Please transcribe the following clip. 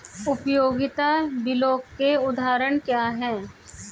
उपयोगिता बिलों के उदाहरण क्या हैं?